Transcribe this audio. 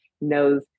knows